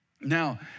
now